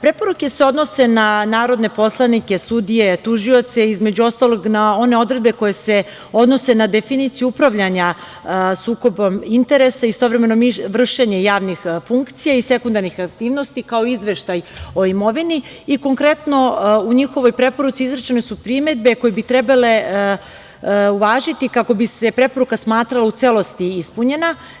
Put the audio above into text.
Preporuke se odnose na narodne poslanike, sudije, tužioce, između ostalog na one odredbe koje se odnose na definiciju upravljanja sukobom interesa, istovremeno vršenje javnih funkcija i sekundarnih aktivnosti, kao i izveštaj o imovini i konkretno u njihovoj preporuci primećene su primedbe koje bi trebalo uvažiti kako bi se preporuka smatrala u celosti ispunjena.